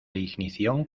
ignición